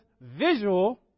visual